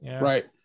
Right